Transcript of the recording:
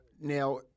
Now